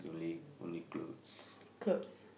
clothes